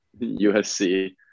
USC